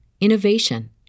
innovation